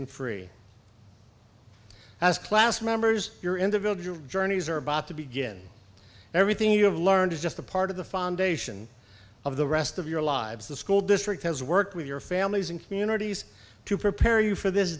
and free as class members your individual journeys are about to begin everything you have learned is just a part of the foundation of the rest of your lives the school district has worked with your families and communities to prepare you for this